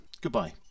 Goodbye